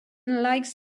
likes